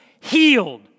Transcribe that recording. healed